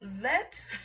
let